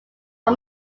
all